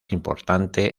importante